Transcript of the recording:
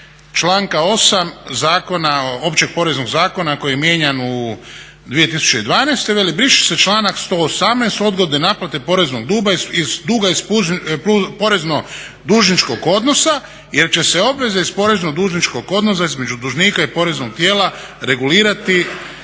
zakona, Općeg poreznog zakona koji je mijenjan u 2012. Veli briše se članak 118. odgode naplate poreznog duga iz porezno-dužničkog odnosa jer će se obveze iz porezno-dužničkog odnosa između dužnika i poreznog tijela regulirati